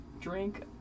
drink